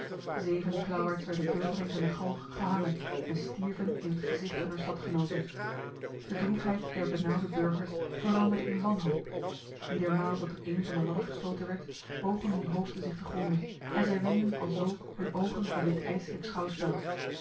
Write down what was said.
zeven klauwaards werden beurtelings aan de galg gehangen en stierven in het gezicht hunner stadgenoten de droefheid der benauwde burgers veranderde in wanhoop iedermaal dat er een van de ladder gestoten werd bogen hun hoofden zich te gronde en zij wendden alzo hun ogen van dit ijslijk schouwspel